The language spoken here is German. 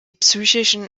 psychischen